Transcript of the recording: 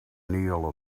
neal